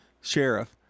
sheriff